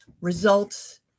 results